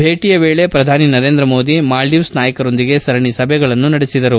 ಭೇಟಿಯ ವೇಳೆ ಪ್ರಧಾನಿ ನರೇಂದ್ರ ಮೋದಿ ಮಾಲ್ಲೀವ್ಸ್ ನಾಯಕರೊಂದಿಗೆ ಸರಣಿ ಸಭೆಗಳನ್ನು ನಡೆಸಿದರು